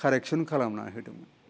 correction खालामना होदोंमोन